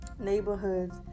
neighborhoods